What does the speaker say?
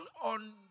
on